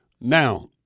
Now